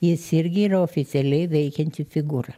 jis irgi yra oficialiai veikianti figūra